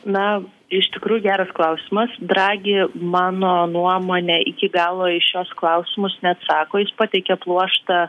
na iš tikrųjų geras klausimas dragi mano nuomone iki galo į šiuos klausimus neatsako jis pateikia pluoštą